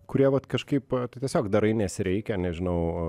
kurie vat kažkaip tu tiesiog darai nes reikia nežinau